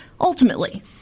Ultimately